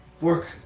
work